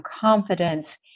confidence